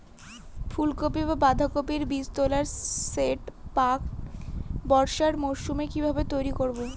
ফুলকপি বা বাঁধাকপির বীজতলার সেট প্রাক বর্ষার মৌসুমে কিভাবে তৈরি করব?